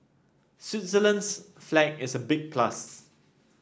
Switzerland's flag is a big plus